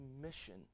mission